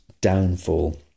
downfall